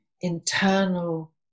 internal